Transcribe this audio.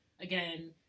again